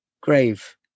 grave